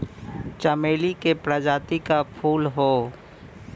चमेली के प्रजाति क फूल हौ